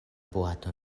boato